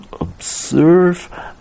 observe